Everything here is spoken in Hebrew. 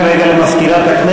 בעד מאיר שטרית,